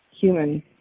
human